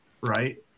right